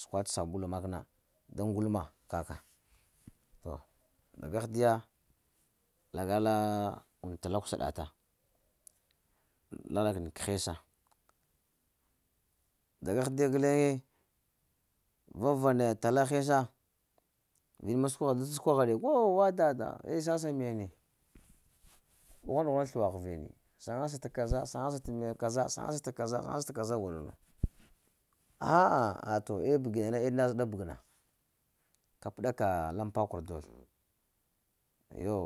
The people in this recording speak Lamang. səkwa t’ sabula na da ngulma ka kah, to da gagh diya lagalaa und tal kusaɗata lala kəni k’ hesa da gaghde guleŋe vabra naya tala ko hesa vin ma səkwagha da səkwagha ɗe, kəw wa dada eh sasa mene, ɗughwana-ɗughwana sluwa ghəvini, saŋa sa t’ kaza saŋasa naga t'kaza, saŋasa t’ kaza, saŋa sa t’ kaza go lo ahh eh to eh naya bəg na eh ndaw zəɗa bəg na, ka pəɗaka laŋ pakur dozlo iyo.